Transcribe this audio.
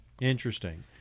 Interesting